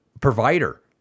Provider